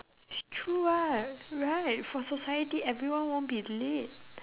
it's true what right for society everyone won't be late